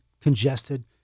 congested